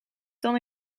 dan